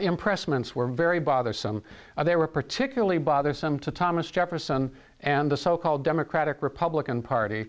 impressed months were very bothersome they were particularly bothersome to thomas jefferson and the so called democratic republican party